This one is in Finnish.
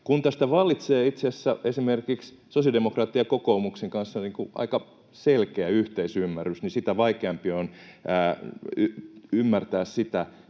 Kun tästä vallitsee itse asiassa esimerkiksi sosiaalidemokraattien ja kokoomuksen kanssa aika selkeä yhteisymmärrys, niin sitä vaikeampi on ymmärtää sitä,